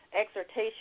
exhortation